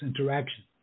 interaction